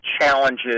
challenges